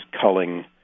culling